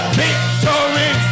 victory